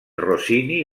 rossini